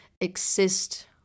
exist